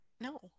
No